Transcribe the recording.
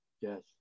Yes